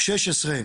הסתייגות 16: